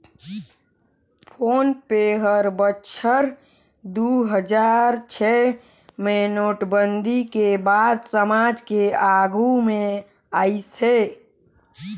phone पे हर बछर दू हजार छै मे नोटबंदी के बाद समाज के आघू मे आइस हे